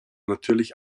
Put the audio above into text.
natürlich